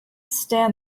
stand